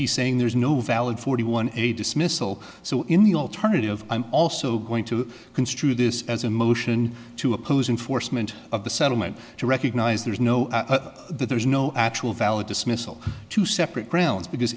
he's saying there's no valid forty one a dismissal so in the alternative i'm also going to construe this as a motion to oppose enforcement of the settlement to recognize there's no there's no actual valid dismissal to separate grounds because